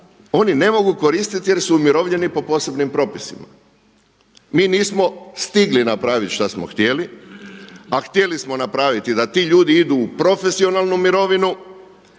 oni ne mogu koristiti jer su umirovljeni po posebnim propisima. Mi nismo stigli napraviti što smo htjeli, a htjeli smo napraviti da ti ljudi idu u profesionalnu mirovinu,